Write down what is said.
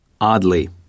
Oddly